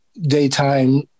daytime